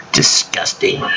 Disgusting